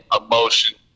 emotion